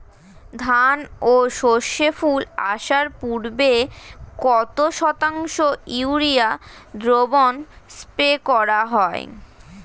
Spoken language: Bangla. ধান ও সর্ষে ফুল আসার পূর্বে কত শতাংশ ইউরিয়া দ্রবণ স্প্রে করা হয়?